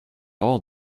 all